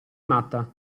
matta